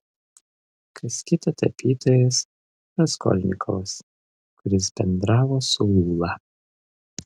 kas kita tapytojas raskolnikovas kuris bendravo su ūla